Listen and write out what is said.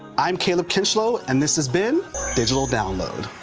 i'm cayleb kinslo, and this has been digital download.